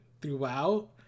throughout